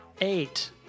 Eight